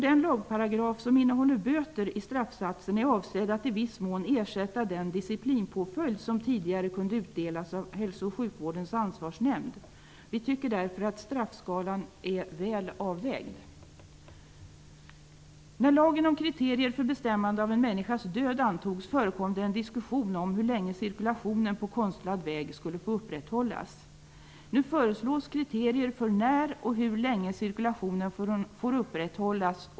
Den lagparagraf som innehåller böter i straffsatsen är avsedd att i viss mån ersätta den disciplinpåföljd som tidigare kunde utdelas av Hälso och sjukvårdens ansvarsnämnd. Vi tycker därför att straffskalan är väl avvägd. När lagen om kriterier för bestämmande av en människas död antogs, förekom det en diskussion om hur länge cirkulationen på konstlad väg skulle få upprätthållas. Nu föreslås kriterier för när och hur länge cirkulationen får upprätthållas.